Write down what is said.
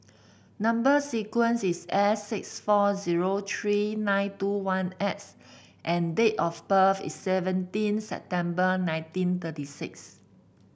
number sequence is S six four zero three nine two one X and date of birth is seventeen September nineteen thirty six